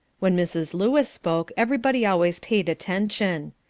when mrs. lewis spoke everybody always paid attention.